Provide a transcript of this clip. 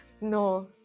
No